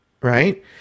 right